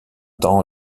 temps